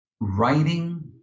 writing